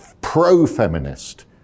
pro-feminist